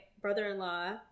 brother-in-law